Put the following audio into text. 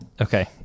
Okay